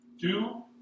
Two